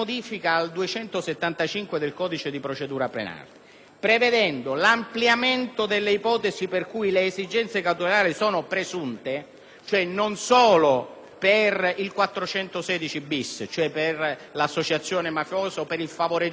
prevedendo l'ampliamento delle ipotesi per cui le esigenze cautelari sono presunte. Dunque, non lo sono soltanto per il 416-*bis*, cioè per l'associazione mafiosa o per il favoreggiamento dell'associazione mafiosa; oltre a queste ipotesi,